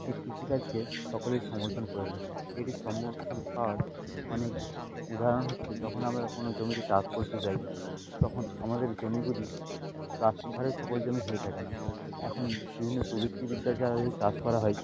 এই কৃষিকাজকে সকলেই সমর্থন করে থাকেন এটি সমর্থন পাওয়ার অনেক উদাহরণ হচ্ছে যখন আমরা কোনো জমিতে চাষ করতে যাই তখন আমাদের জমিগুলি রাস্তার ধারে সকল জমি হয়ে থাকে না এখন বিভিন্ন প্রযুক্তিবিদ্যার দ্বারা যদি চাষ করা হয়